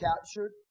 captured